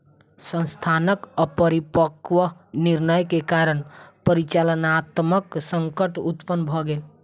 संस्थानक अपरिपक्व निर्णय के कारण परिचालनात्मक संकट उत्पन्न भ गेल